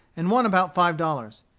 and won about five dollars.